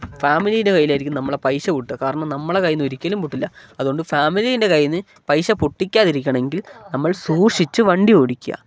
ഫാമിലീൻ്റെ കയ്യിലായിരിക്കും നമ്മൾ പൈസ പൊട്ട കാരണം നമ്മൾ കയ്യിന്ന് ഒരിക്കലും പൊട്ടില്ല അതുകൊണ്ട് ഫാമിലീൻ്റെ കയ്യിന്ന് പൈസ പൊട്ടിക്കാതിരിക്കണം എങ്കിൽ നമ്മൾ സൂക്ഷിച്ച് വണ്ടി ഓടിക്കുക